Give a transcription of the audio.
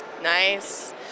Nice